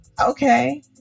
Okay